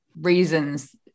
reasons